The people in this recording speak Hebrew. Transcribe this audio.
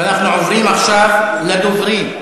ואנחנו עוברים עכשיו לדוברים.